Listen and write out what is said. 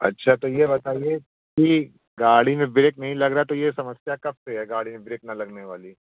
अच्छा तो ये बताइए कि गाड़ी में ब्रेक नहीं लग रहा तो ये समस्या कब से है गाड़ी में ब्रेक ना लगने वाली